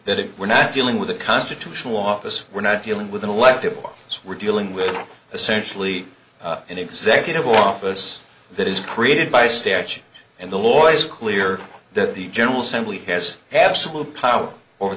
it we're not dealing with a constitutional office we're not dealing with an elective office we're dealing with essentially an executive office that is created by statute and the lawyers clear that the general assembly has absolute power over